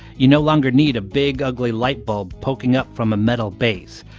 you no longer need a big, ugly lightbulb poking up from a metal base.